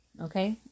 okay